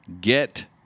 get